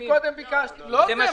כי קודם ביקשתי, לא זה.